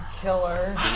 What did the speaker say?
killer